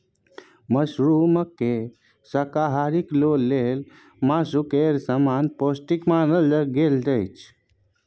मशरूमकेँ शाकाहारी लोक लेल मासु केर समान पौष्टिक मानल गेल छै